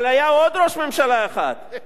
אבל היה עוד ראש ממשלה אחד,